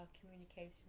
communication